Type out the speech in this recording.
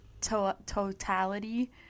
totality